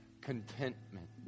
contentment